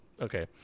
Okay